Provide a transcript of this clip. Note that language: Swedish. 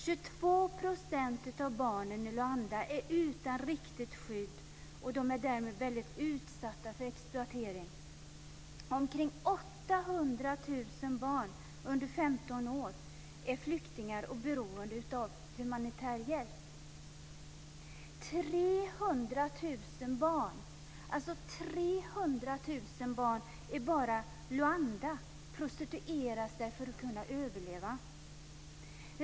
22 % av barnen i Luanda är utan riktigt skydd, och de är därmed väldigt utsatta för exploatering. Omkring 800 000 barn under 15 år är flyktingar och beroende av humanitär hjälp. 300 000 barn bara i Luanda prostituerar sig för att kunna överleva.